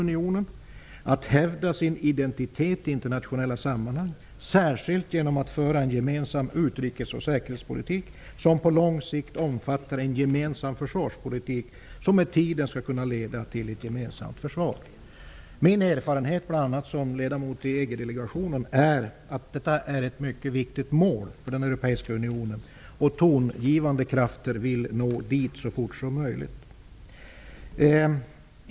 Unionen skall hävda sin identitet i internationella sammanhang, särskilt genom att man för en gemensam utrikes och säkerhetspolitik. På lång sikt omfattar den en gemensam försvarspolitik, som med tiden skall kunna leda till ett gemensamt försvar. Min erfarenhet, bl.a. som ledamot i EG delegationen, är att detta är ett mycket viktigt mål för den europeiska unionen och att tongivande krafter vill uppnå det så fort som möjligt.